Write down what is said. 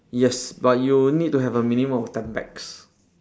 yes but you'll need to have a minimum of ten pax